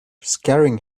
scaring